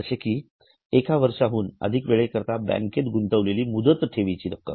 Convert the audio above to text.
जसे कि एका वर्षाहून अधिक वेळेकरिता बँकेत गुंतवलेली मुदत ठेवीची रक्कम